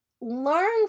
learn